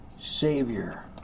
Savior